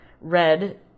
Red